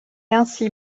ainsi